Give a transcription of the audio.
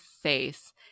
face